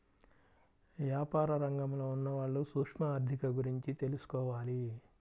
యాపార రంగంలో ఉన్నవాళ్ళు సూక్ష్మ ఆర్ధిక గురించి తెలుసుకోవాలి